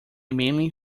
manly